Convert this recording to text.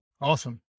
Awesome